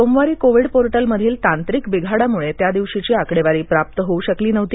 सोमवारी Covid portal मधील तांत्रिक बिघाडामुळे त्यादिवशीची आकडेवारी प्राप्त होऊ शकली नव्हती